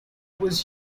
was